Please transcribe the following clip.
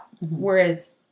Whereas